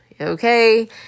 Okay